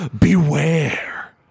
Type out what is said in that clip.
Beware